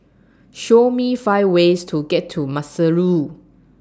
Show Me five ways to get to Maseru